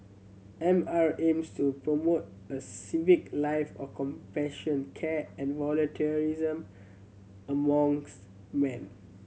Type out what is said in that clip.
M R aims to promote a civic life of compassion care and volunteerism amongst man